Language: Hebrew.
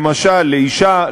למשל לאישה,